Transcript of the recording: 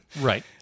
Right